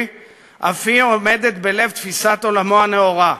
אף היא עומדת בלב תפיסת עולמו הנאורה.